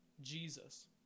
Jesus